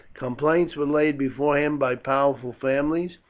complaints were laid before him by powerful families,